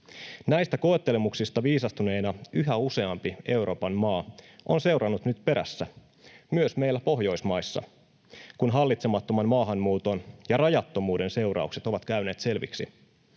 Näistä koettelemuksista viisastuneena yhä useampi Euroopan maa on seurannut nyt perässä, myös meillä Pohjoismaissa, kun hallitsemattoman maahanmuuton ja rajattomuuden seuraukset ovat käyneet selviksi.